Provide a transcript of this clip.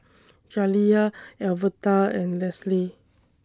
Jaliyah Alverta and Lesly